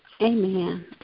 Amen